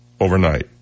overnight